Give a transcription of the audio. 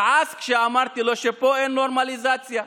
כעס כשאמרתי לו שפה אין נורמליזציה.